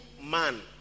man